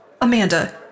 Amanda